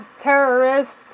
terrorists